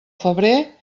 febrer